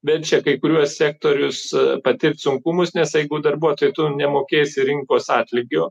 verčia kai kuriuos sektorius patirt sunkumus nes jeigu darbuotojui nemokėsi rinkos atlygio